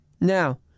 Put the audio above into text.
Now